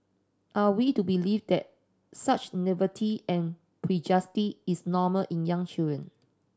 are we to believe that such naivety and is normal in young children